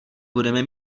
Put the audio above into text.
budeme